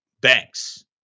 banks